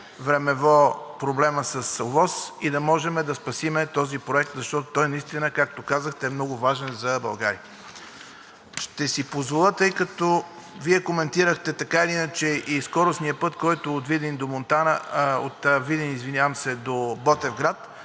върху околната среда и да можем да спасим този проект, защото той наистина, както казахте, е много важен за България. Ще си позволя, тъй като Вие коментирахте така или иначе и скоростния път от Видин до Ботевград,